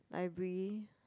library